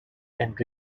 and